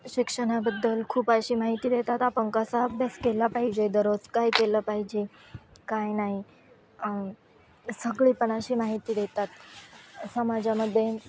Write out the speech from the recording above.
शिक्षणाबद्दल खूप अशी माहिती देतात आपण कसा अभ्यास केला पाहिजे दररोज काय केलं पाहिजे काय नाही सगळी पण अशी माहिती देतात समाजामध्ये